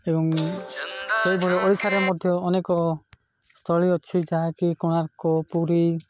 ଏବଂ ସେଭଳି ଓଡ଼ିଶାରେ ମଧ୍ୟ ଅନେକ ସ୍ଥଳୀ ଅଛି ଯାହାକି କୋଣାର୍କ ପୁରୀ